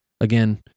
again